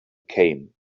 came